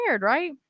right